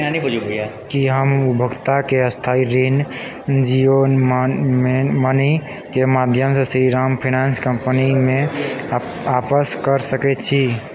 की हम उपभोक्ताके स्थायी ऋण जियो मनीके माध्यमसँ श्रीराम फाइनेंस कंपनीमे आपस करि सकैत छी